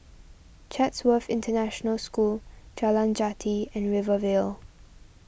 Chatsworth International School Jalan Jati and Rivervale